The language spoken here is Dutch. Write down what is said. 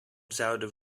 zouden